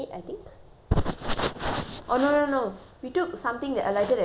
oh no no no we took something that alighted at ang mo kio hub one six five